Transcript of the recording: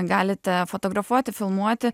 galite fotografuoti filmuoti